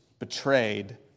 Betrayed